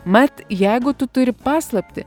mat jeigu tu turi paslaptį